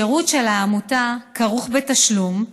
השירות של העמותה כרוך בתשלום,